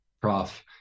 prof